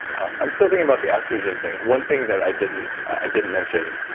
i'm still thinking about the estrogen thing one thing that i didn't i didn't mention,